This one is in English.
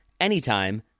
anytime